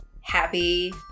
happy